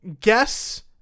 guess